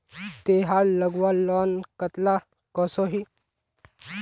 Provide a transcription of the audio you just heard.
तेहार लगवार लोन कतला कसोही?